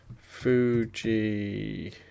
Fuji